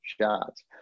shots